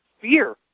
fear